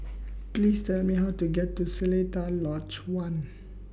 Please Tell Me How to get to Seletar Lodge one